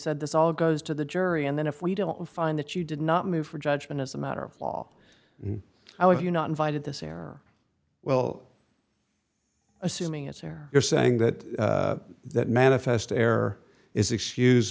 said this all goes to the jury and then if we don't find that you did not move for judgment as a matter of law i'll leave you not invited this error well assuming it's here you're saying that that manifest error is excused